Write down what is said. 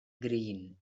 greene